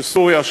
של סוריה,